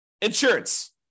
insurance